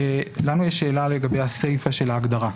לנו יש שאלה לגבי הסיפא של ההגדרה.